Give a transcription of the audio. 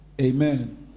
Amen